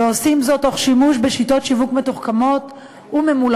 ועושים זאת תוך שימוש בשיטות שיווק מתוחכמות וממולחות,